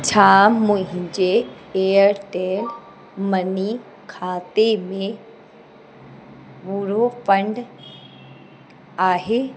छा मुंहिंजे Airtel money खाते में पूरो फंड आहे